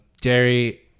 Jerry